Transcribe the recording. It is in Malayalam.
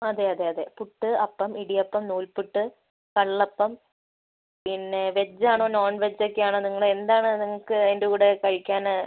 അതേ അതേ അതേ പുട്ട് അപ്പം ഇടിയപ്പം നൂൽപ്പുട്ട് കള്ളപ്പം പിന്നെ വെജ് ആണോ നോൺവെജ് ഒക്കേ ആണോ നിങ്ങൾ എന്താണ് നിങ്ങക്ക് അതിന്റെ കൂടെ കഴിക്കാന്